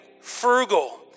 frugal